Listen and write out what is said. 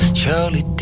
surely